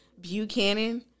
Buchanan